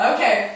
Okay